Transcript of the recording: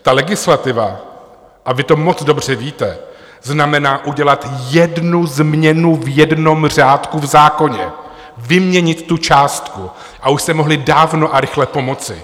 Ta legislativa, a vy to moc dobře víte, znamená udělat jednu změnu v jednom řádku v zákoně, vyměnit tu částku, a už jste mohli dávno a rychle pomoci.